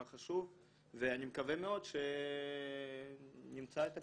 חשוב ואני מקווה מאוד שנמצא את הפתרונות.